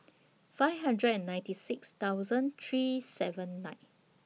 five hundred and ninety six thousand three senven nine